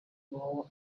war